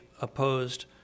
opposed